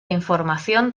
información